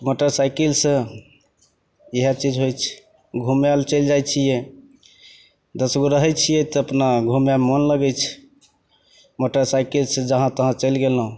मोटरसाइकिलसे इएह चीज होइ छै घुमैले चलि जाइ छिए दसगो रहै छिए तऽ अपना घुमैमे मोन लगै छै मोटरसाइकिलसे जहाँ तहाँ चलि गेलहुँ